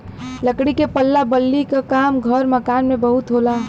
लकड़ी के पल्ला बल्ली क काम घर मकान में बहुत होला